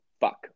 fuck